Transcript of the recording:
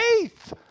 faith